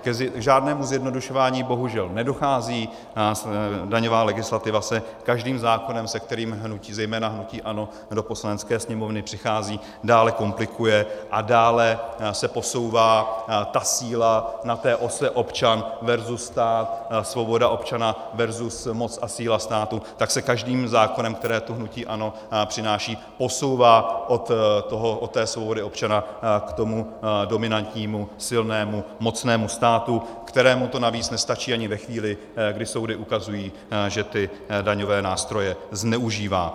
K žádnému zjednodušování bohužel nedochází, daňová legislativa se každým zákonem, se kterým hnutí, zejména hnutí ANO do Poslanecké sněmovny přichází, dále komplikuje a dále se posouvá ta síla na té ose občan versus stát, svoboda občana versus moc a síla státu, tak se každým zákonem, které tu hnutí ANO přináší, posouvá od té svobody občana k tomu dominantnímu, silnému, mocnému státu, kterému to navíc nestačí ani ve chvíli, kdy soudy ukazují, že ty daňové nástroje zneužívá.